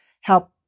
help